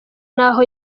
naho